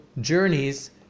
journeys